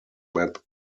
map